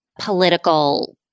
political